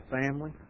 family